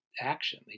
action